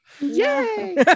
yay